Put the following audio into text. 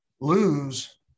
Lose